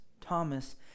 Thomas